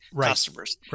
customers